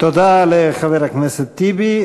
תודה לחבר הכנסת טיבי.